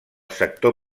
sector